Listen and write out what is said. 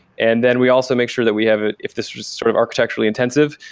and then we also make sure that we have, if this is sort of architecturally intensive,